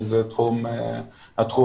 זה התחום שלו.